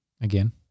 Again